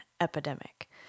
epidemic